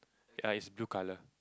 err is blue colour